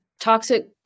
toxic